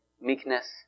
meekness